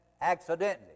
accidentally